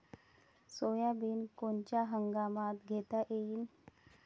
Soybean कोनच्या हंगामात घेता येईन?